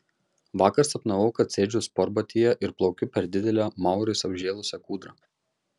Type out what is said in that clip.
vakar sapnavau kad sėdžiu sportbatyje ir plaukiu per didelę maurais apžėlusią kūdrą